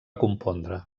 compondre